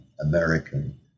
American